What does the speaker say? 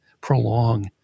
prolong